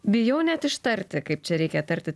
bijau net ištarti kaip čia reikia tarti